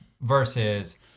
versus